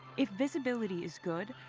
if visibility is good,